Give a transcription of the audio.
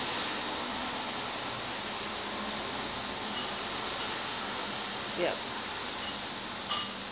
yup